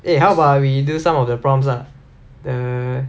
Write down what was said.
eh how about we do some of the prompts lah err